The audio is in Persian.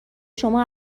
شما